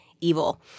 evil